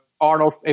Arnold